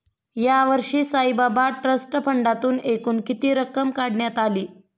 यावर्षी साईबाबा ट्रस्ट फंडातून एकूण किती रक्कम काढण्यात आली?